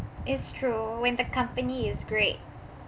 it's true when the company is great